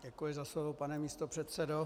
Děkuji za slovo, pane místopředsedo.